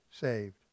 Saved